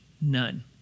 None